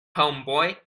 homeboy